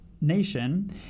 nation